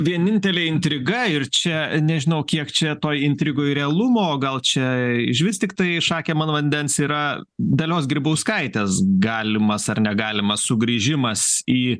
vienintelė intriga ir čia nežinau kiek čia toj intrigoj realumo gal čia išvis tiktai šakėm ant vandens yra dalios grybauskaitės galimas ar negalimas sugrįžimas į